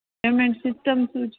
payment system through જ